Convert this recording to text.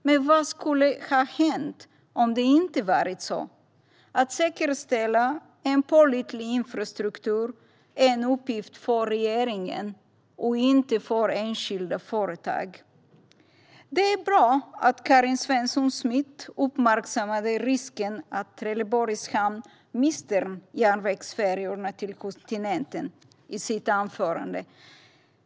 Men vad skulle ha hänt om det inte hade varit så? Att säkerställa en pålitlig infrastruktur är en uppgift för regeringen och inte för enskilda företag. Det är bra att Karin Svensson Smith i sitt anförande uppmärksammade risken att Trelleborgs hamn mister järnvägsfärjorna till kontinenten.